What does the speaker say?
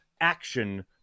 action